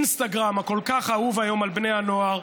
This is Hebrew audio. האינסטגרם הכל-כך אהוב היום על בני הנוער,